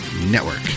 network